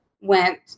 went